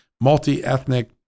multi-ethnic